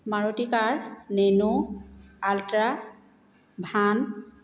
Maruti car nano ultra van